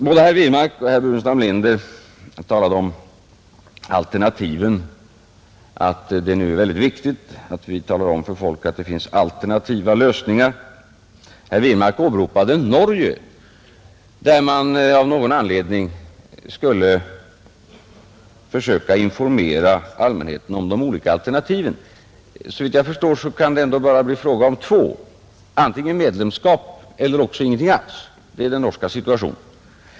Både herr Wirmark och herr Burenstam Linder talade om alternativen och menade, att det är väldigt viktigt att vi nu talar om för folk att det finns alternativa lösningar. Herr Wirmark åberopade Norge, där man av någon anledning skulle försöka informera allmänheten om de olika alternativen. Såvitt jag förstår kan det ändå bara bli fråga om två: antingen medlemskap eller också ingenting alls. Det är den norska situationen.